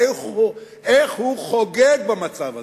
איך הוא חוגג במצב הזה.